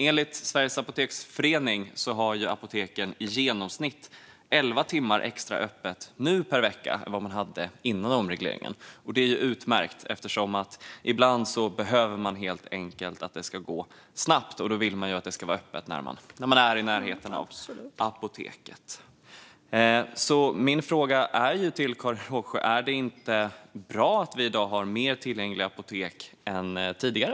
Enligt Sveriges Apoteksförening har apoteken i genomsnitt elva timmar längre öppet per vecka än de hade före omregleringen. Det är utmärkt, för ibland behöver det helt enkelt gå snabbt, och då vill man att det ska vara öppet när man är i närheten av apoteket. Min fråga till Karin Rågsjö är: Är det inte bra att vi i dag har mer tillgängliga apotek än tidigare?